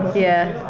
yeah.